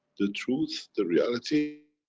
the truth, the reality